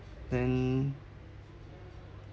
then